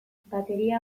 bateria